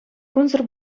кунсӑр